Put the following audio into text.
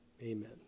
Amen